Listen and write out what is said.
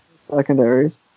Secondaries